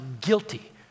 guilty